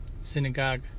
synagogue